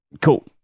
Cool